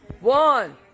one